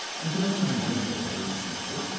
and to make my example very simple,